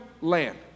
land